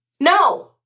no